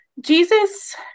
Jesus